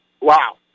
wow